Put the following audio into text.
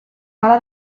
pala